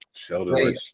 Sheldon